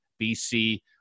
BC